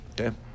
Okay